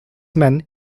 men